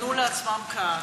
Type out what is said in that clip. בנו לעצמם כאן